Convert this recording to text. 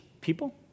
people